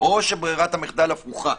או ברירת המחדל הפוכה?